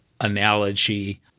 analogy